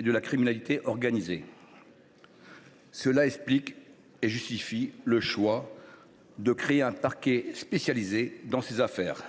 de la criminalité organisée. Cela explique et justifie le choix de créer un parquet spécialisé dans ces affaires,